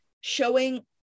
showing